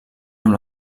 amb